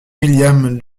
william